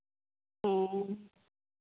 ᱦᱮᱸ